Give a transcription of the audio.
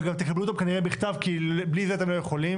וגם תקבלו אותם כנראה בכתב כי בלי זה אתם לא יכולים,